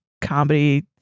comedy